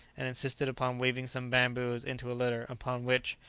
and insisted upon weaving some bamboos into a litter, upon which,